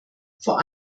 vor